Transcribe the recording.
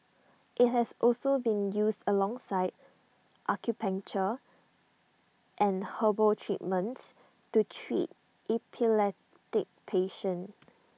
IT has also been used alongside acupuncture and herbal treatments to treat epileptic patients